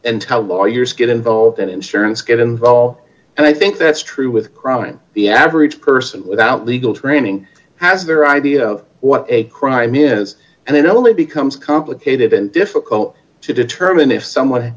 how lawyers get involved in insurance get involved d and i think that's true with crime the average person without legal training has their idea of what a crime is and it only becomes complicated and difficult to determine if some